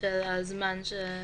של הזמן.